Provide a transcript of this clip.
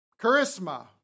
charisma